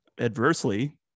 adversely